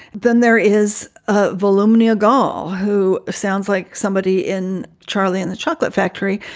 then there is ah voluminous goll who sounds like somebody in charlie and the chocolate factory,